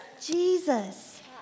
Jesus